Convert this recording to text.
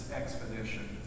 expedition